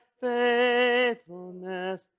faithfulness